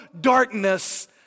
darkness